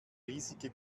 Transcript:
riesige